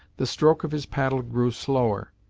the stroke of his paddle grew slower,